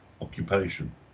occupation